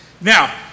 Now